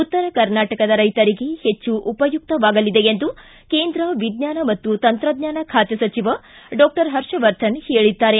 ಉತ್ತರ ಕರ್ನಾಟಕ ರೈತರಿಗೆ ಹೆಚ್ಚು ಉಪಯುಕ್ತವಾಗಲಿದೆ ಎಂದು ಕೇಂದ್ರ ವಿಜ್ಞಾನ ಮತ್ತು ತಂತ್ರಜ್ಞಾನ ಖಾತೆ ಸಚಿವ ಡಾಕ್ಟರ್ ಹರ್ಷವರ್ಧನ್ ಹೇಳಿದ್ದಾರೆ